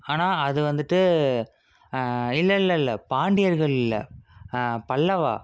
ஆனால் அது வந்துட்டு இல்லை இல்லை இல்லை பாண்டியர்கள் இல்லை பல்லவா